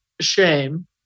shame